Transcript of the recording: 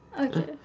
Okay